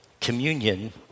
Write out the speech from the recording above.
communion